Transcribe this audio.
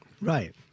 Right